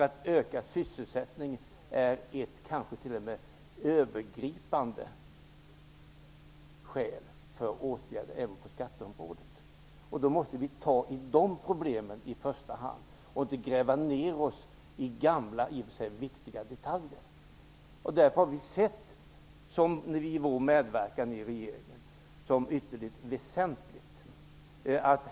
Att öka sysselsättningen är ett övergripande skäl för åtgärder även på skatteområdet. Vi måste i första hand åtgärda de problemen och inte gräva ner oss i gamla men i och för sig viktiga detaljer. Därför har vi sett vår medverkan i regeringen som ytterligt väsentlig.